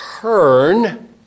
turn